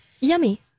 Yummy